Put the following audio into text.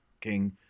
king